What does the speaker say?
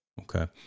Okay